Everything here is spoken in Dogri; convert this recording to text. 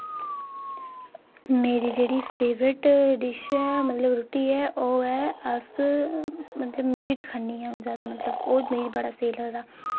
मेरी जेह्ड़ी फेवरेट डिश ऐ मतलब रुट्टी ऐ ओह् ऐ अस मतलब मीट खन्नी अ'ऊं ज्यादा मतलब ओह् मिं बड़ा स्हेई लगदा